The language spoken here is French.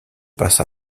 passe